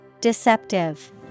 Deceptive